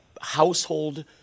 household